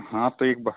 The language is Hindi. हाँ तो एक